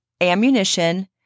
ammunition